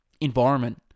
Environment